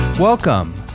Welcome